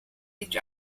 each